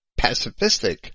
pacifistic